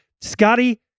Scotty